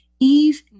Eve